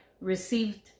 received